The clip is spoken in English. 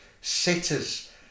sitters